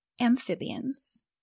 amphibians